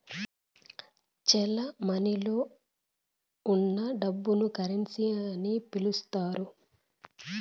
చెలమణిలో ఉన్న డబ్బును కరెన్సీ అని పిలుత్తారు